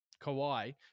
Kawhi